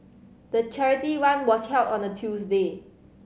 the charity run was held on a Tuesday